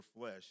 flesh